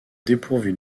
dépourvue